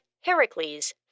Heracles